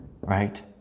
Right